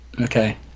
Okay